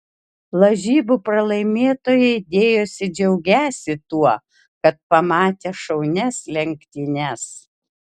lažybų pralaimėtojai dėjosi džiaugiąsi tuo kad pamatė šaunias lenktynes